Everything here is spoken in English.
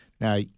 Now